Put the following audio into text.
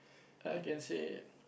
I can say